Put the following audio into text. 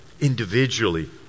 individually